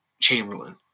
Chamberlain